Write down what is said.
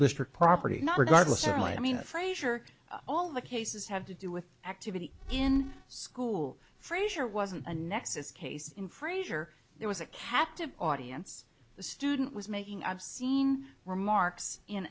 district property not regardless or my i mean frazier all the cases have to do with activity in school frasier wasn't a nexus case in frasier there was a captive audience the student was making obscene remarks in